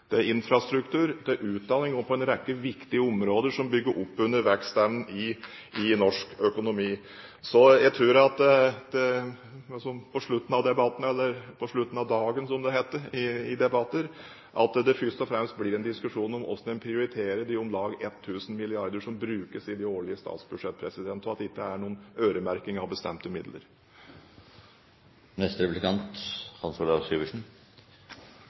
forskning, til infrastruktur, til utdanning og på en rekke viktige områder som bygger opp under vekstevnen i norsk økonomi. Så jeg tror at det på slutten av debatten, eller på slutten av dagen, som det heter i debatter, først og fremst blir en diskusjon om hvordan en prioriterer de om lag 1 000 milliarder kronene som brukes i de årlige statsbudsjetter, og at det ikke er noen øremerking av bestemte midler.